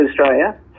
Australia